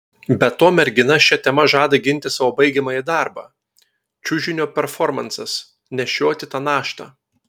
be to mergina šia tema žada ginti savo baigiamąjį darbą čiužinio performansas nešioti tą naštą